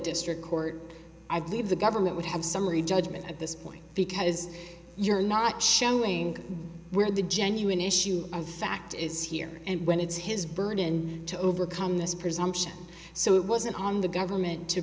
district court i believe the government would have summary judgment at this point because you're not showing where the genuine issue of fact is here and when it's his burden to overcome this presumption so it wasn't on the government to